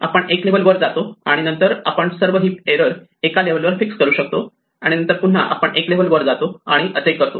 आपण एक लेव्हल वर जातो आणि नंतर आपण सर्व हिप एरर एका लेव्हलवर फिक्स करू शकतो आणि नंतर पुन्हा आपण एक लेव्हल वर जातो आणि असे करतो